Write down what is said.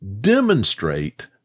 demonstrate